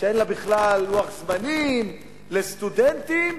שאין לה בכלל לוח זמנים, לסטודנטים.